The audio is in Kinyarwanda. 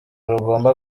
rugomba